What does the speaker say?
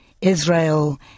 Israel